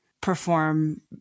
perform